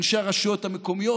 אנשי הרשויות המקומיות,